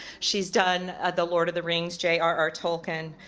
she's done the lord of the rings, j r r tolkien.